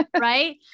right